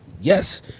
yes